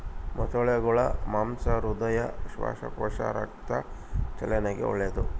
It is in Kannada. ಮೊಸಳೆಗುಳ ಮಾಂಸ ಹೃದಯ, ಶ್ವಾಸಕೋಶ, ರಕ್ತ ಚಲನೆಗೆ ಒಳ್ಳೆದು